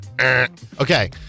Okay